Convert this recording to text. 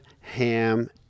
Ham